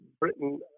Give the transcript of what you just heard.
Britain